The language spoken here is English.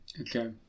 Okay